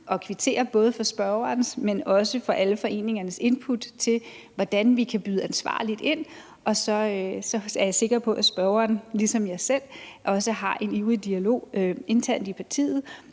at kvittere både for spørgerens, men også for alle foreningernes input til, hvordan vi kan byde ansvarligt ind. Og så er jeg sikker på, at spørgeren ligesom jeg selv også har en ivrig dialog internt i partiet